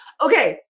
okay